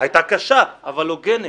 היתה קשה, אבל הוגנת.